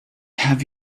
have